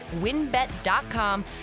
winbet.com